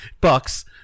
Bucks